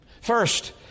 First